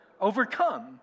Overcome